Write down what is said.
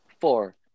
Four